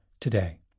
today